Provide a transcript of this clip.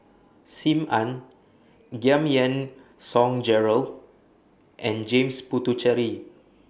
SIM Ann Giam Yean Song Gerald and James Puthucheary